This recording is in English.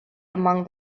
among